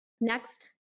Next